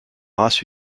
race